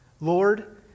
Lord